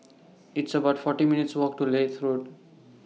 It's about forty minutes' Walk to Leith Road